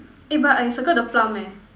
eh but I circle the plum eh